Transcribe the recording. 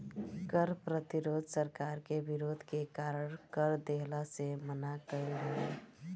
कर प्रतिरोध सरकार के विरोध के कारण कर देहला से मना कईल हवे